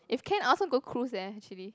if can I also want go cruise leh actually